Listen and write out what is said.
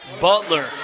Butler